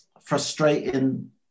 frustrating